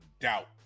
doubt